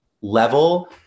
level